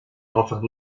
offer